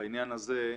בעניין הזה,